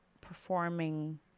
performing